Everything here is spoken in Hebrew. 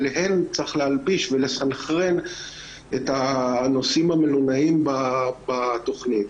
עליהן צריך להלביש ולסנכרן את הנושאים המלונאיים בתכנית.